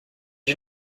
you